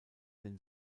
den